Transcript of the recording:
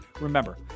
Remember